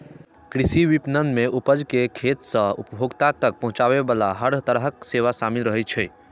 कृषि विपणन मे उपज कें खेत सं उपभोक्ता तक पहुंचाबे बला हर तरहक सेवा शामिल रहै छै